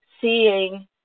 seeing